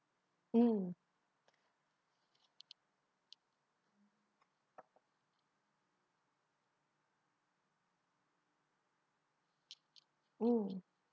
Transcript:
mm mm